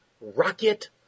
rocket